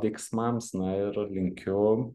veiksmams na ir linkiu